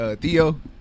Theo